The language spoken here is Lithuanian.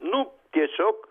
nu tiesiog